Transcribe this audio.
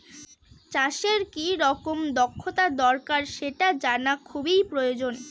চাষের কি রকম দক্ষতা দরকার সেটা জানা খুবই প্রয়োজন